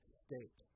state